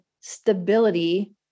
stability